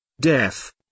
Deaf